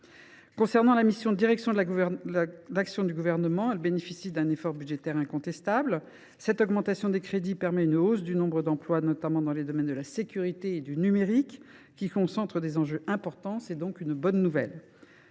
bienvenue. La mission « Direction de l’action du Gouvernement » bénéficie d’un effort budgétaire incontestable. Cette augmentation des crédits permet une hausse du nombre d’emplois, notamment dans les domaines de la sécurité et du numérique, qui concentrent des enjeux importants. C’est donc une bonne nouvelle.